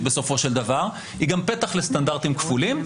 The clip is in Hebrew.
בסופו של דבר היא גם פתח לסטנדרטים כפולים.